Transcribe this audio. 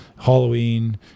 Halloween